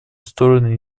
стороны